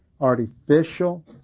artificial